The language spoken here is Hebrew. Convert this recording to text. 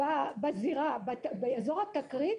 באזור התקרית,